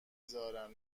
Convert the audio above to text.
زارن